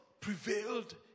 prevailed